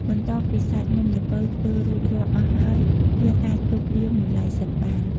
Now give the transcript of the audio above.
បន្ទាប់ពីសាច់នំល្ពៅធ្វើរួចរាល់អស់ហើយ យើងអាចទុកវាមួយឡែកសិនបាន។